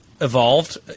evolved